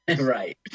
Right